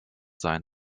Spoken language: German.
sein